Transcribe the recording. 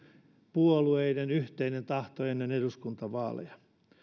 puolueiden yhteinen tahto ennen eduskuntavaaleja